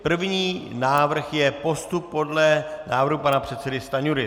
První návrh je postup podle návrhu pana předsedy Stanjury.